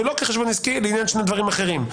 ולא כחשבון עסקי לעניין שני דברים אחרים.